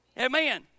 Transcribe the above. Amen